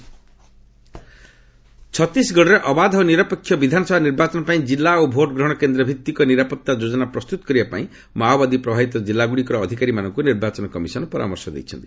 EC Chhattisgarh ଛତିଶଗଡ଼ରେ ଅବାଧ ଓ ନିରପେକ୍ଷ ବିଧାନସଭା ନିର୍ବାଚନ ପାଇଁ ଜିଲ୍ଲା ଓ ଭୋଟ୍ ଗ୍ରହଣ କେନ୍ଦ୍ର ଭିଭିକ ନିରାପତ୍ତା ଯୋଜନା ପ୍ରସ୍ତୁତ କରିବା ପାଇଁ ମାଓବାଦୀ ପ୍ରଭାବିତ ଜିଲ୍ଲାଗୁଡ଼ିକର ଅଧିକାରୀମାନଙ୍କୁ ନିର୍ବାଚନ କମିଶନ ପରାମର୍ଶ ଦେଇଛନ୍ତି